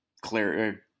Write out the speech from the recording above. clear